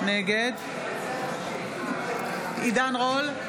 נגד עידן רול,